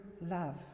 love